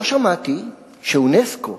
לא שמעתי שאונסק"ו,